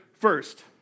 first